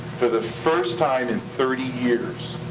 for the first time in thirty years,